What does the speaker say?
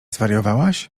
zwariowałaś